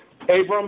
Abram